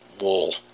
wool